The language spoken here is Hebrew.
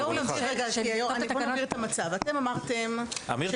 נבהיר את המצב: אתם אמרתם --- עמיר,